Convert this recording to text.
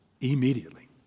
immediately